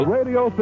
Radio